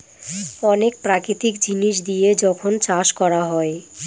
অনেক প্রাকৃতিক জিনিস দিয়ে যখন চাষ করা হয়